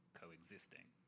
coexisting